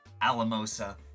alamosa